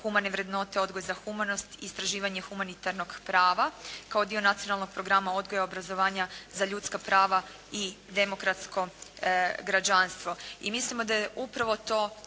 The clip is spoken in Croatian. humane vrednote, odgoj za humanost, istraživanje humanitarnog prava kao dio nacionalnog programa odgoja i obrazovanja za ljudska prava i demokratsko građanstvo.